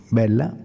bella